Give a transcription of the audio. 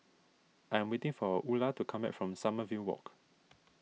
I am waiting for Ula to come back from Sommerville Walk